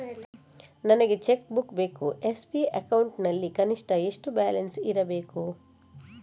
ನನಗೆ cheque book ಬೇಕು SB account ನಲ್ಲಿ ಕನಿಷ್ಠ ಎಷ್ಟು ಬ್ಯಾಲೆನ್ಸ್ ಇರಬೇಕು?